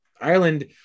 ireland